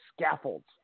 scaffolds